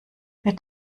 wird